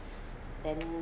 than